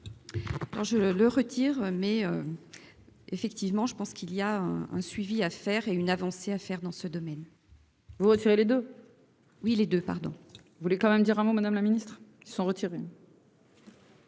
je le retire, mais effectivement je pense qu'il y a un un suivi à faire et une avancée à faire dans ce domaine. Vous les deux oui les deux pardon je voulais quand même dire un mot, Madame la Ministre, sont retirés.